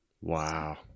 Wow